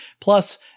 Plus